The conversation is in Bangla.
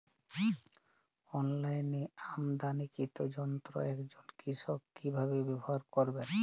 অনলাইনে আমদানীকৃত যন্ত্র একজন কৃষক কিভাবে ব্যবহার করবেন?